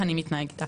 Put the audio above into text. איך אני מתנהג איתה?